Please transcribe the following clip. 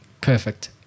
perfect